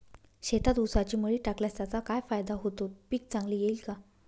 शेतात ऊसाची मळी टाकल्यास त्याचा काय फायदा होतो, पीक चांगले येईल का?